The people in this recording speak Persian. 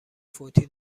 فوتی